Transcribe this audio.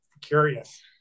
curious